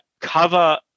cover